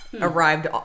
Arrived